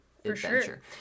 adventure